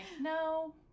no